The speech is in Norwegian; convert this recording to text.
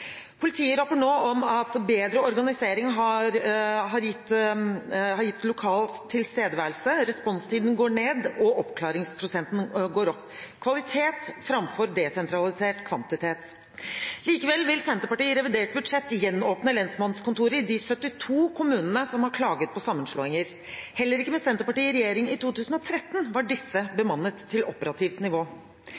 nå om at bedre organisering har gitt lokal tilstedeværelse, responstiden går ned, og oppklaringsprosenten går opp – kvalitet framfor desentralisert kvantitet. Likevel vil Senterpartiet i revidert budsjett gjenåpne lensmannskontor i de 72 kommunene som har klaget på sammenslåinger. Heller ikke med Senterpartiet i regjering i 2013 var disse